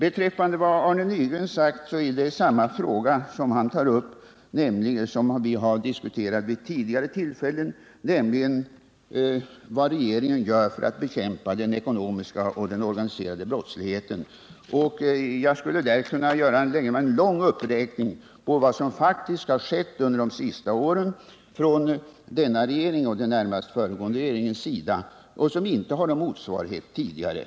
Beträffande vad Arne Nygren har sagt om samma fråga som vi diskuterat vid tidigare tillfällen — frågan om vad regeringen gör för att bekämpa den ekonomiska och den organiserade brottsligheten — skulle jag kunna göra en lång uppräkning på åtgärder som denna regering och den föregående regeringen har vidtagit under de senaste åren. Det är sådana saker som inte har någon motsvarighet tidigare.